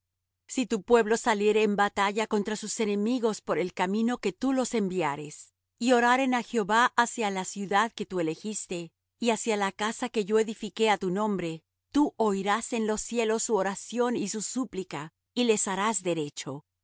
si tu pueblo saliere en batalla contra sus enemigos por el camino que tú los enviares y oraren á jehová hacia la ciudad que tú elegiste y hacia la casa que yo edifiqué á tu nombre tú oirás en los cielos su oración y su súplica y les harás derecho si